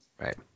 right